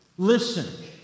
Listen